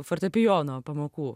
fortepijono pamokų